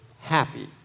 happy